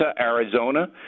Arizona